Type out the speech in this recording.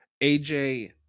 AJ